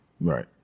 Right